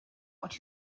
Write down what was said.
what